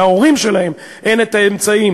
להורים שלהם אין אמצעים